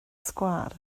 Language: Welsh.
sgwâr